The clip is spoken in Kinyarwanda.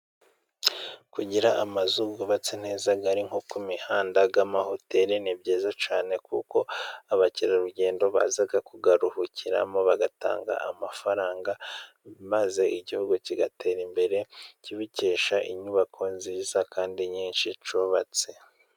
Kugira amazu yubatse neza ari nko ku mihanda ,y'amahoteli ,ni byiza cyane kuko abakerarugendo baza kuyaruhukiramo bagatanga amafaranga, maze igihugu kigatera imbere kibikesha inyubako nziza kandi nyinshi cyubatse.